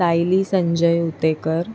Sayali Sanjay Utekar